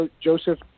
Joseph